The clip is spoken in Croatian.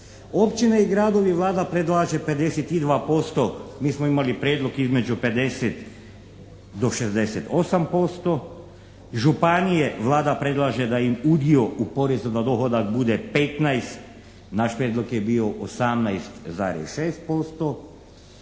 općine i gradovi Vlada predlaže 52%, mi smo imali prijedlog između 50 do 68%, županije Vlada predlaže da im udio u porezu na dohodak bude 15, naš prijedlog je bio 18,6%,